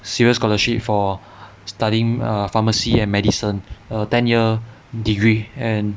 serial scholarship for studying err pharmacy and medicine a ten year degree and